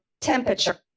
temperature